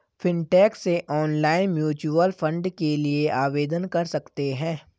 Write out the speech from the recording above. fintech से online mutual fund के लिए आवेदन कर सकते हैं